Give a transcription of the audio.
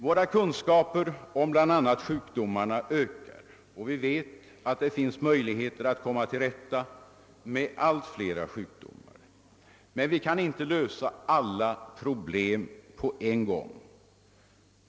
Våra kunskaper om bland annat sjukdomarna ökar, och vi vet att det finns möjligheter att komma till rätta med allt fler sjukdomar, men vi kan inte lösa alla problem på en gång.